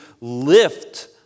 lift